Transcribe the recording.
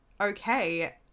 okay